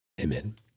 Amen